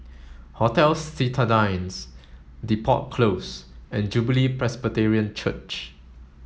Hotel Citadines Depot Close and Jubilee Presbyterian Church